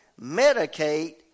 medicate